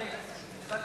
ההצעה